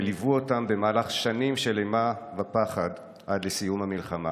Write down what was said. והוא יכול היה להעביר את המלחמה בביטחון יחסי ולשמור על עצמו.